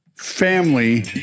Family